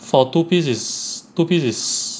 four two piece is two piece is